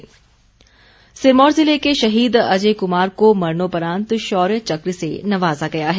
शौर्य चक्र सिरमौर जिले के शहीद अजय कुमार को मरणोपरांत शौर्य चक्र से नवाजा गया है